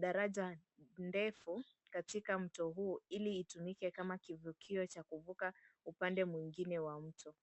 daraja ndefu katika mto huu, ili itumike kama kivutio cha kuvuka upande mwingine wa mto.